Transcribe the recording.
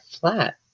flat